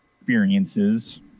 experiences